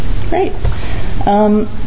Great